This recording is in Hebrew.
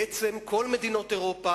בעצם כל מדינות אירופה,